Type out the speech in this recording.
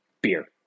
Beer